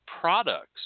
products